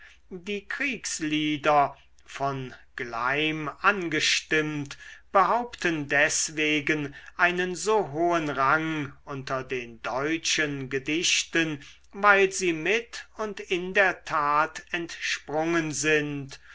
die kriegslieder von gleim angestimmt behaupten deswegen einen so hohen rang unter den deutschen gedichten weil sie mit und in der tat entsprungen sind